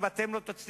ואם אתם לא תצליחו,